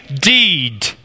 deed